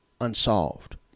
unsolved